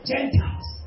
Gentiles